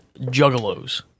juggalos